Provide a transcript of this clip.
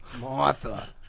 Martha